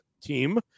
team